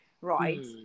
right